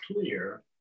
clear